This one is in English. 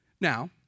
Now